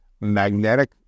magnetic